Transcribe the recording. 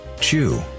Chew